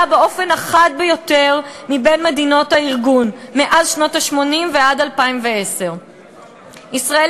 באופן החד ביותר מבין מדינות הארגון מאז שנות ה-80 ועד 2010. ישראל